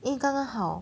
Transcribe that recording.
因为刚刚好